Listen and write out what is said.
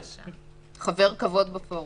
חבר כבוד בפורום.